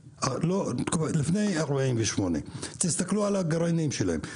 לפני 48'. תסתכלו על הגרעינים שלהם,